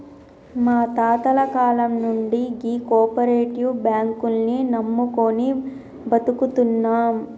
మా తాతల కాలం నుండి గీ కోపరేటివ్ బాంకుల్ని నమ్ముకొని బతుకుతున్నం